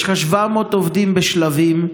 יש לך 700 עובדים ב"שלבים"